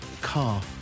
Car